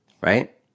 right